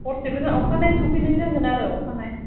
हरसे उनाव अखानायै सफैनाय जागोन आरो अखानायै